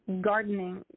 gardening